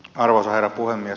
arvoisa herra puhemies